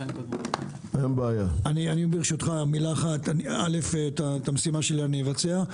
את המשימה שלי אבצע.